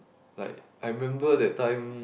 like I remember that time